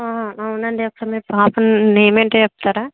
అవునండి అసలు మీ పాప నేమ్ ఏంటో చెప్తారా